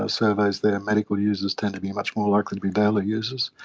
ah surveys there, medical users tend to be much more likely be daily users.